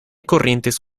corrientes